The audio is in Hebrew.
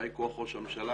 באי כוח ראש הממשלה.